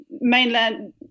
mainland –